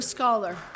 Scholar